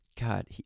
God